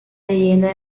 leyenda